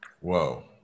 Whoa